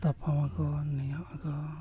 ᱛᱟᱯᱟᱢ ᱟᱠᱚ ᱱᱮᱭᱟᱣᱚᱜ ᱟᱠᱚ